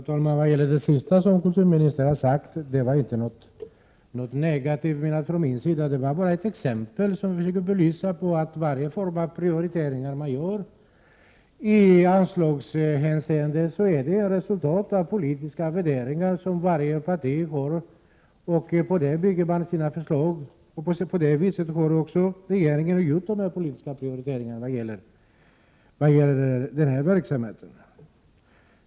Herr talman! När det gäller det som kulturministern här senast sade vill jag säga att uttalandet från min sida inte var menat som något negativt. Det var bara ett exempel där jag försökte belysa att varje form av prioritering som man gör i anslagshänseende är ett resultat av de politiska värderingar som varje parti har. På dessa bygger man sedan sina förslag, och på det sättet har också regeringen gjort politiska prioriteringar när det gäller den här verksamheten.